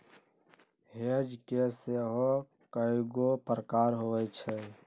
hedge के सेहो कएगो प्रकार होइ छै